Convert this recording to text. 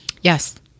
Yes